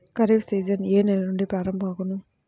Kharif season ఏ నెల నుండి ప్రారంభం అగును?